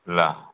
ल